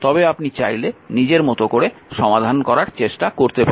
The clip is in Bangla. তবে আপনি চাইলে নিজের মতো করে সমাধান করার চেষ্টা করতে পারেন